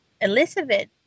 Elizabeth